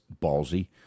ballsy